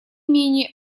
менее